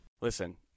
Listen